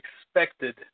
expected